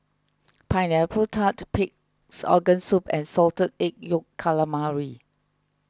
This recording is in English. Pineapple Tart Pig's Organ Soup and Salted Egg Yolk Calamari